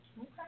Okay